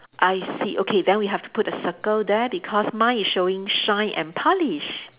I see okay then we have to put a circle there because mine is showing shine and polish